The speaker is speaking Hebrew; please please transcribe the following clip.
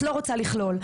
את לא רוצה לכלול.